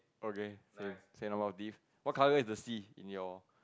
okay same same of our beef what colour is the seat in your